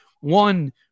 one